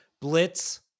Blitz